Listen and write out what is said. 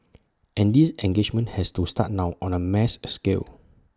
and this engagement has to start now on A mass scale